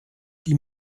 die